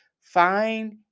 Find